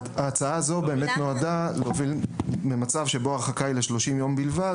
ההצעה הזו נועדה להביא לכך שממצב שבו הרחקה היא ל-30 יום בלבד,